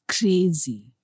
crazy